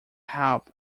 help